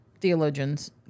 theologians